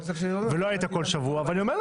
ולא היית כל שבע.